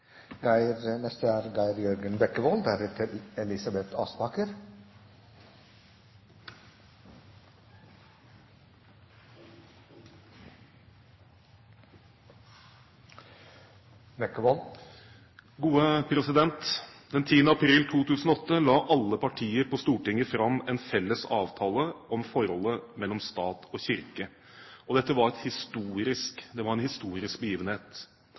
Den 10. april 2008 la alle partier på Stortinget fram en felles avtale om forholdet mellom stat og kirke. Dette var en historisk